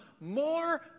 more